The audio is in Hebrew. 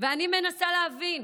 ואני מנסה להבין